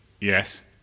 Yes